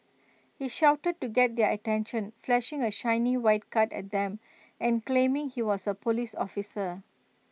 he shouted to get their attention flashing A shiny white card at them and claiming he was A Police officer